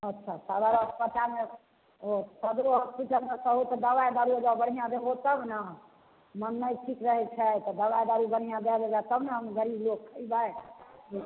अच्छा सदर अस्पतालमे ओ सदरो होस्पिटलमे छहो तऽ दबाइ दारू ओहिजाँ बढ़िआँ देबहो तब ने मोन नहि ठीक रहै छै तऽ दबाइ दारू बढ़िआँ दै देबहऽ तब ने हम गरीब लोग खयबै